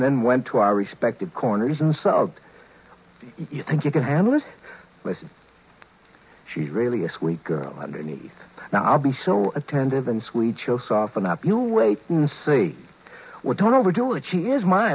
then went to our respective corners and so you think you can handle it she is really a sweet girl underneath now i'll be so attentive and sweet chill soften up you wait and see what don't over do it she is my